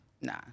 nah